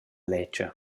ledscha